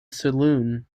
saloon